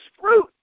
fruit